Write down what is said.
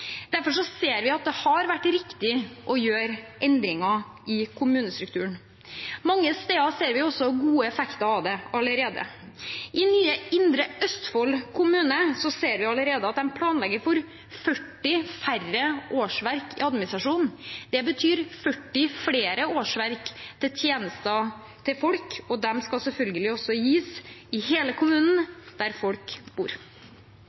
Derfor ser vi at det har vært riktig å gjøre endringer i kommunestrukturen. Mange steder ser vi gode effekter av det allerede. I nye Indre Østfold kommune ser vi allerede at man planlegger for 40 færre årsverk i administrasjonen. Det betyr 40 flere årsverk til tjenester til folk. De skal selvfølgelig gis til hele kommunen – der folk bor. Tidligere i